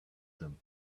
them